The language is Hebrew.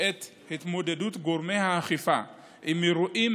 את התמודדות גורמי האכיפה עם אירועים